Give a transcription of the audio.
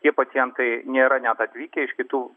tie pacientai nėra net atvykę iš kitų